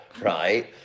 right